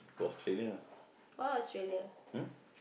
go Australia lah